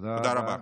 תודה רבה.